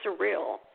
surreal